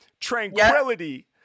Tranquility